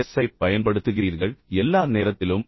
எஸ்ஸைப் பயன்படுத்துகிறீர்கள் எல்லா நேரத்திலும் ஜி